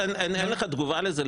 אין לך תגובה לזה?